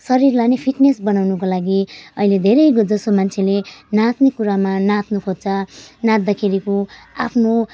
शरीरलाई नै फिटनेस बनाउनुको लागि अहिले धेरै ग् जसो मान्छेले नाच्ने कुरामा नाच्नु खोज्छ नाच्दाखेरिको आफ्नो